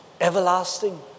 everlasting